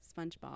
SpongeBob